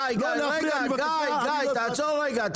גיא, תעצור רגע.